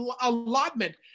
allotment